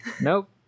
Nope